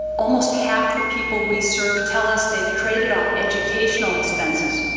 almost half the people we serve tell us they've traded off educational expenses